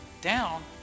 down